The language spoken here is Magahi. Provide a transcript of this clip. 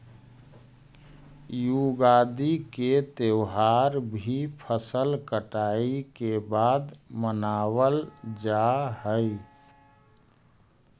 युगादि के त्यौहार भी फसल कटाई के बाद मनावल जा हइ